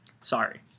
Sorry